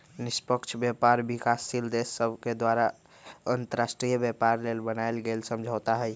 निष्पक्ष व्यापार विकासशील देश सभके द्वारा अंतर्राष्ट्रीय व्यापार लेल बनायल गेल समझौता हइ